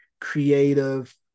creative